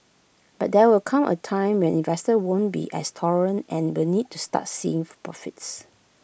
but there will come A time when investors won't be as tolerant and will need to start seeing if profits